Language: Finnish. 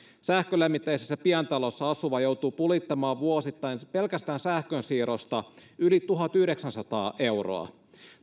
sähkölämmitteisessä pientalossa asuva joutuu pulittamaan vuosittain pelkästään sähkönsiirrosta yli tuhatyhdeksänsataa euroa